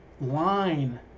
line